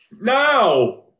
now